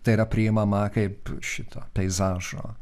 tai yra priimama kaip šito peizažo